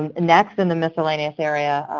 um next in the miscellaneous area,